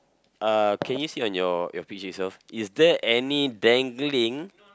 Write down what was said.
uh can you see on your your picture itself is there any dangling